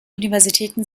universitäten